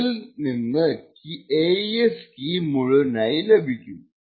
അതിൽ നിന്ന് AES കീ മുഴുവനായി ലഭിക്കും